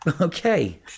Okay